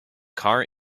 car